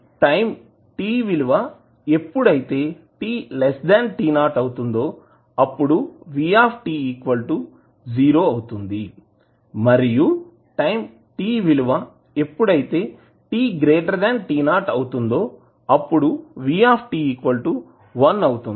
time t విలువ ఎప్పుడైతే t t 0 అవుతుందో అప్పుడు v 0 అవుతుంది మరియు టైం t విలువ ఎప్పుడైతే t t 0 అవుతుందో అప్పుడు v 1 అవుతుంది